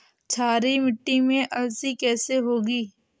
क्षारीय मिट्टी में अलसी कैसे होगी?